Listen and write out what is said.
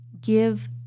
give